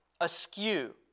askew